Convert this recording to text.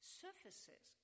surfaces